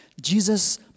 Jesus